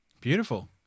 Beautiful